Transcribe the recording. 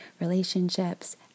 relationships